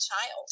child